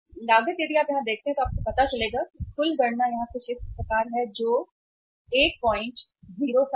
लागत यदि आप यहाँ देखते हैं तो आपको पता चलेगा कि कुल गणना यहाँ कुछ इस प्रकार है जो 107 है